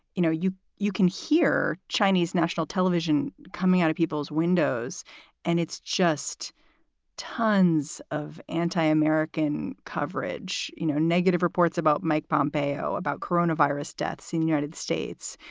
you know, you you can hear chinese national television coming out of people's windows and it's just tons of anti-american coverage. you know, negative reports about mike pompeo, about coronavirus virus, senior and and states.